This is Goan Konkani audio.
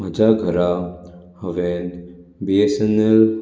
म्हज्या घरा हांवें बिएसनल